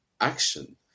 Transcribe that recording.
action